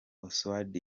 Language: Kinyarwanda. oswald